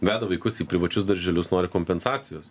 veda vaikus į privačius darželius nori kompensacijos